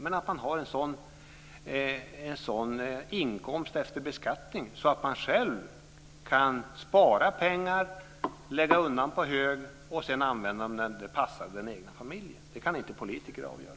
Men det gäller också att man har en sådan inkomst efter beskattning att man själv kan spara pengar, lägga undan på hög, och sedan använda dem när det passar den egna familjen. Det kan inte politiker avgöra.